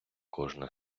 кожне